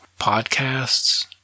podcasts